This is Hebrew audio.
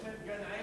יש להם גן-עדן.